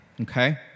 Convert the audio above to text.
okay